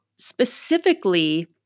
specifically